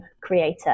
creator